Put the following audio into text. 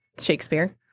Shakespeare